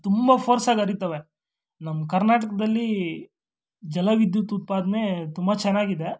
ತುಂಬ ಫೋರ್ಸಾಗಿ ಹರೀತವೆ ನಮ್ಮ ಕರ್ನಾಟಕದಲ್ಲಿ ಜಲ ವಿದ್ಯುತ್ ಉತ್ಪಾದನೆ ತುಂಬ ಚೆನ್ನಾಗಿದೆ